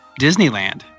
Disneyland